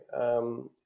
okay